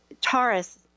Taurus